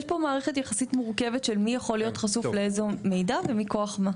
יש פה מערכת יחסית מורכבת של מי יכול להיות חשוף לאיזה מידע ומכוח מה.